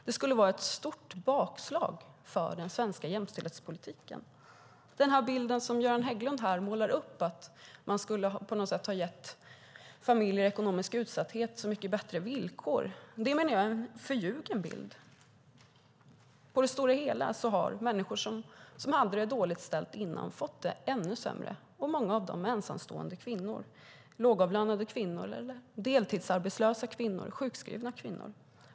Det skulle vara ett stort bakslag för den svenska jämställdhetspolitiken. Den bild som Göran Hägglund målar upp av att man på något sätt skulle ha gett familjer som är ekonomiskt utsatta så mycket bättre villkor menar jag är en förljugen bild. På det stora hela har människor som hade det dåligt ställt innan fått det ännu sämre, och många av dem är ensamstående kvinnor, lågavlönade kvinnor, deltidsarbetslösa kvinnor eller sjukskrivna kvinnor.